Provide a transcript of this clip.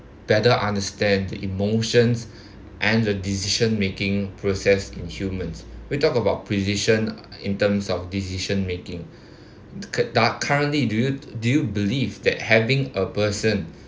better understand emotions and the decision making process in humans we talk about precision in terms of decision making the currently do you do you believe that having a person